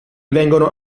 vengono